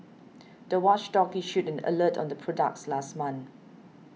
the watchdog issued an alert on the products last month